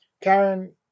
Karen